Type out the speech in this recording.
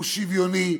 הוא שוויוני,